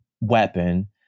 weapon